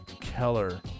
keller